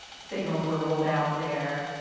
signals were rolled out there,